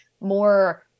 more